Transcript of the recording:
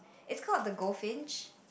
is called the Goldfinch